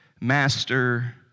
Master